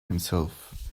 himself